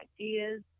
ideas